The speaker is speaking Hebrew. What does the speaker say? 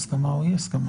נוסח.